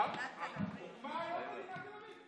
הוקמה היום מדינת תל אביב.